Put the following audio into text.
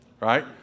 right